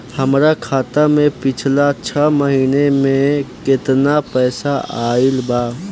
हमरा खाता मे पिछला छह महीना मे केतना पैसा आईल बा?